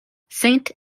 saint